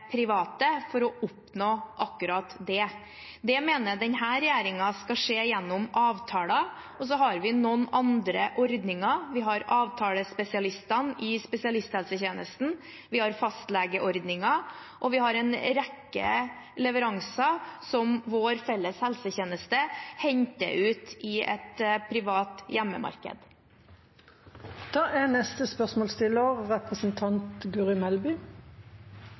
Det mener denne regjeringen skal skje gjennom avtaler, og så har vi noen andre ordninger. Vi har avtalespesialistene i spesialisthelsetjenesten, vi har fastlegeordningen, og vi har en rekke leveranser som vår felles helsetjeneste henter ut i et privat hjemmemarked.